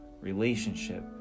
relationship